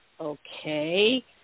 okay